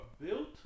built